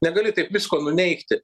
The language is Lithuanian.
negali taip visko nuneigti